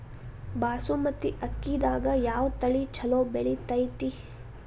ಬಾಸುಮತಿ ಅಕ್ಕಿದಾಗ ಯಾವ ತಳಿ ಛಲೋ ಬೆಳಿತೈತಿ?